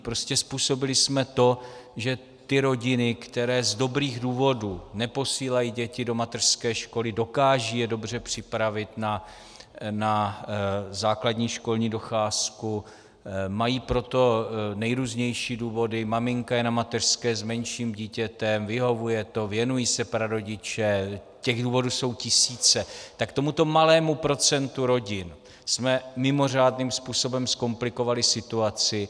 Prostě způsobili jsme to, že rodinám, které z dobrých důvodů neposílají děti do mateřské školy, dokážou je dobře připravit na základní školní docházku, mají pro to nejrůznější důvody, maminka je na mateřské s menším dítětem, vyhovuje to, věnují se prarodiče, těch důvodů jsou tisíce tak tomuto malému procentu rodin jsme mimořádným způsobem zkomplikovali situaci.